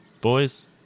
Boys